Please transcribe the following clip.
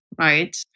right